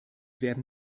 werden